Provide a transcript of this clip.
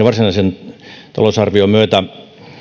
varsinaisen talousarvion myötä